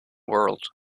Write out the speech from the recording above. world